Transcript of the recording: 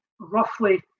roughly